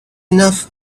enough